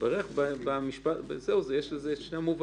יש כמה נושאים קריטיים,